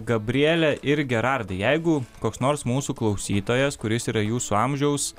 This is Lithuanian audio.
gabriele ir gerardai jeigu koks nors mūsų klausytojas kuris yra jūsų amžiaus